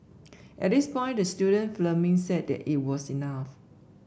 at this point the student filming said that it was enough